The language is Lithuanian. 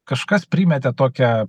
kažkas primetė tokią